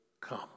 come